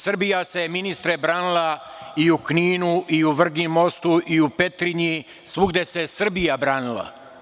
Srbija se, ministre, branila i u Kninu i u Vrginmostu i u Petrinji, svugde se Srbija branila.